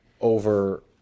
over